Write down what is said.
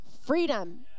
freedom